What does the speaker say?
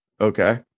Okay